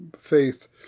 faith